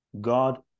God